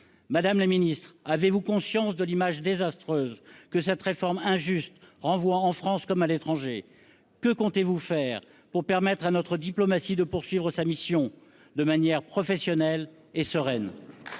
Madame la ministre, avez-vous conscience de l'image désastreuse que cette réforme injuste renvoie en France comme à l'étranger ? Que comptez-vous faire pour permettre à notre diplomatie de poursuivre sa mission de manière professionnelle et sereine ?